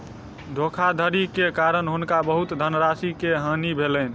धोखाधड़ी के कारण हुनका बहुत धनराशि के हानि भेलैन